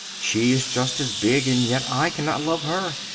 she is just as big, and yet i cannot love her.